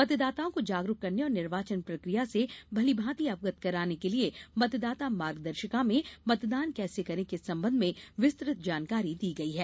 मतदाताओं को जागरूक करने और निर्वाचन प्रक्रिया से भलीभांति अवगत करवाने केलिये मतदाता मार्गदर्शिका में मतदान कैसे करें के संबंध में विस्तृत जानकारी दी गई है